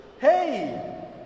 Hey